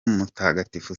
mutagatifu